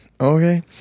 Okay